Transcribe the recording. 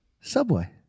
subway